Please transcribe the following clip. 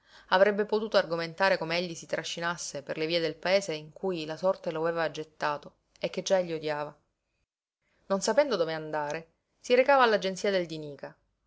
avrebbe potuto argomentare come egli si trascinasse per le vie del paese in cui la sorte lo aveva gettato e che egli già odiava non sapendo dove andare si recava all'agenzia del